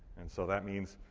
and so that means